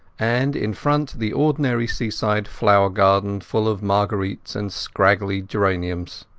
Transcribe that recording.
and in front the ordinary seaside flower-garden full of marguerites and scraggy geraniums.